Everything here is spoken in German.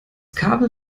kabel